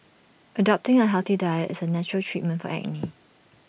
adopting A healthy diet is A natural treatment for acne